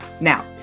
Now